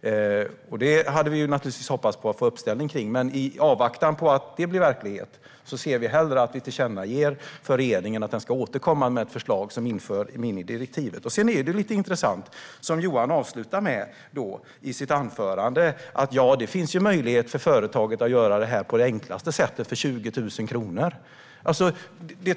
Det förslaget hade vi naturligtvis hoppats på att få uppslutning kring. Men i avvaktan på att det blir verklighet ser vi hellre att riksdagen tillkännager att regeringen ska återkomma med ett förslag om att införa direktivets minimikrav. Det är lite intressant att Johan säger att det finns möjlighet för företag att göra det här på det enklaste sättet för 20 000 kronor. Om ni